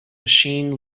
machine